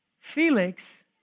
Felix